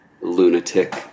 lunatic